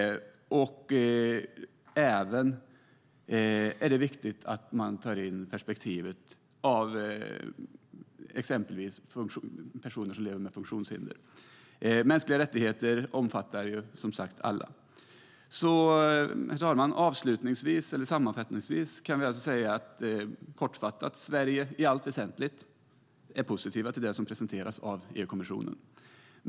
Det är även viktigt att man tar in perspektivet med personer som exempelvis lever med funktionshinder. Mänskliga rättigheter omfattar alla. Herr talman! Sammanfattningsvis kan vi kortfattat säga att Sverige i allt väsentligt är positivt till det som presenteras av EU-kommissionen.